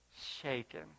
Shaken